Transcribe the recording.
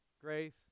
grace